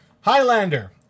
Highlander